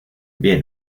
bien